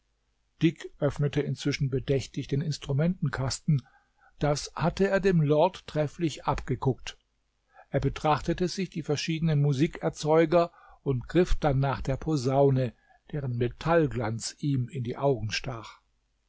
dick öffnete inzwischen bedächtig den instrumentenkasten das hatte er dem lord trefflich abgeguckt er betrachtete sich die verschiedenen musikerzeuger und griff dann nach der posaune deren metallglanz ihm in die augen stach